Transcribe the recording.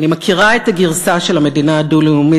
אני מכירה את הגרסה של המדינה הדו-לאומית